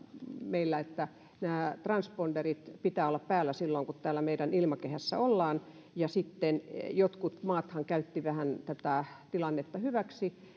meillä siitä että nämä transponderit pitää olla päällä silloin kun täällä meidän ilmakehässä ollaan ja sitten jotkut maathan käyttivät tätä tilannetta vähän hyväksi